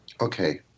Okay